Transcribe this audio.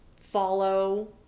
follow